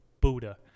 Buddha